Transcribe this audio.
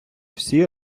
всі